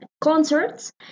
concerts